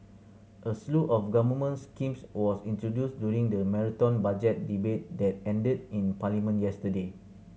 a slew of government schemes was introduced during the marathon Budget debate that ended in Parliament yesterday